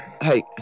Hey